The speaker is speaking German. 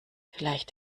vielleicht